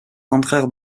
rentrèrent